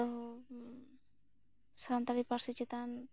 ᱛᱚ ᱥᱟᱱᱛᱟᱲᱤ ᱯᱟᱹᱨᱥᱤ ᱪᱮᱛᱟᱱ